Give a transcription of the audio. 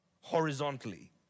horizontally